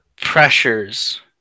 pressures